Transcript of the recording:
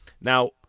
Now